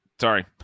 sorry